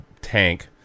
tank